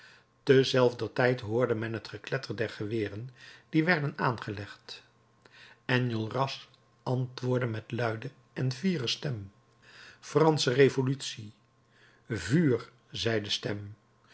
werda terzelfdertijd hoorde men het gekletter der geweren die werden aangelegd enjolras antwoordde met luide en fiere stem fransche revolutie vuur zei de stem